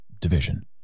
division